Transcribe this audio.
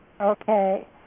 Okay